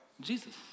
Jesus